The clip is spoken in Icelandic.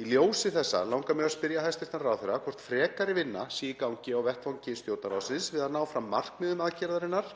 Í ljósi þessa langar mig að spyrja hæstv. ráðherra hvort frekari vinna sé í gangi á vettvangi Stjórnarráðsins við að ná fram markmiðum aðgerðarinnar